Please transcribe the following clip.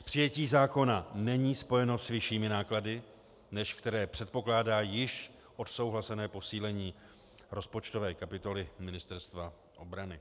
Přijetí zákona není spojeno s vyššími náklady, než které předpokládá již odsouhlasené posílení rozpočtové kapitoly Ministerstva obrany.